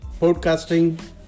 podcasting